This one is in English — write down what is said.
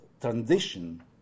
transition